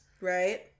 Right